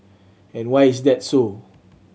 and why is that so